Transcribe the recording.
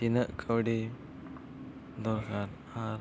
ᱛᱤᱱᱟᱹᱜ ᱠᱟᱹᱣᱰᱤ ᱫᱚᱨᱠᱟᱨ ᱟᱨ